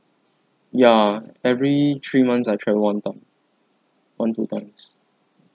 ya every three months I travel one time one two times